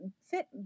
Fit